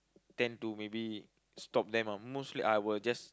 tend to maybe stop them ah mostly I would just